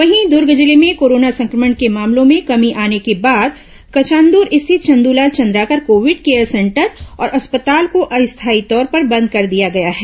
वहीं दूर्ग जिले में कोरोना संक्रमण के मामलों में कमी आने के बाद कचांदूर स्थित Chandulal Chandrakar Covid care centre और अस्पताल को अस्थायी तौर पर बंद कर दिया गया है